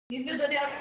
ಇದ್ದದ್ದು ಅದು ಯಾವ್ದು